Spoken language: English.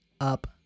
up